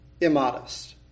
immodest